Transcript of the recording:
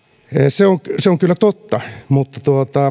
se on se on kyllä totta mutta